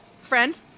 friend